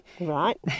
Right